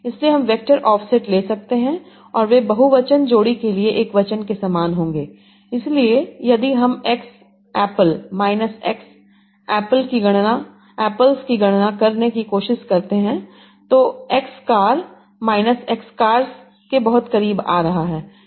इसलिए हम vector offset ले सकते हैं और वे बहुवचन जोड़ी के लिए एकवचन के समान होंगे इसलिए यदि हम X apple minus X apple की गणना करने की कोशिश करते हैं जो X car minus X cars के बहुत करीब आ रहा है